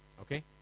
Okay